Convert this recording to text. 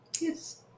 Yes